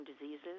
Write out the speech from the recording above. diseases